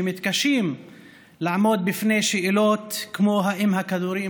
שמתקשים לעמוד בפני שאלות כמו: האם הכדורים